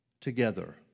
together